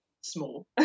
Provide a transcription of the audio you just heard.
small